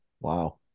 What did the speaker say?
Wow